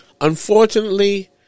Unfortunately